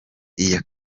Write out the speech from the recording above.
iya